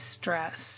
stress